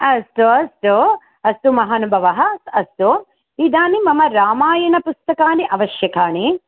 अस्तु अस्तु अस्तु महानुभाव अस्तु इदानीं मम रामायणपुस्तकानि आवश्यकानि